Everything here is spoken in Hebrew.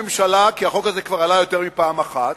הממשלה כי החוק הזה כבר עלה יותר מפעם אחת: